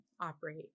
operate